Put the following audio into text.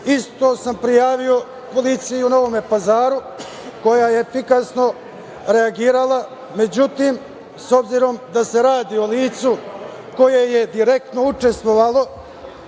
Isto sam prijavio policiji u Novom Pazaru, koja je efikasno reagovala.Međutim, s obzirom da se radi o licu koje je direktno učestvovalo